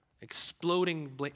exploding